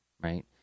right